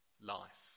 life